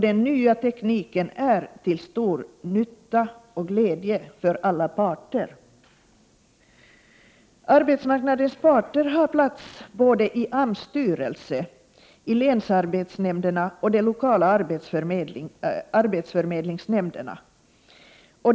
Den nya tekniken är till stor nytta och glädje för alla parter. Arbetsmarknadens parter är företrädda i AMS styrelse, ilänsarbetsnämnderna och i de lokala arbetsförmedlingsnämnderna.